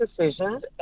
decisions